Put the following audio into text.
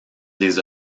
des